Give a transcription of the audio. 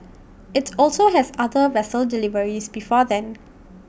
IT also has other vessel deliveries before then